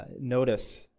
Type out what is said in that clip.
Notice